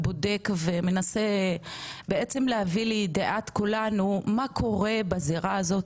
בודק ומנסה בעצם להביא לידיעת כולנו מה קורה בזירה הזו,